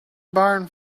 barn